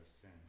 sin